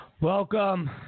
Welcome